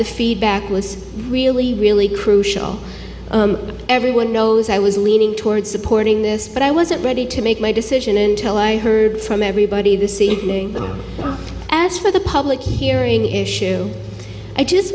the feedback was really really crucial everyone knows i was leaning towards supporting this but i wasn't ready to make my decision until i heard from everybody this evening as for the public hearing issue i just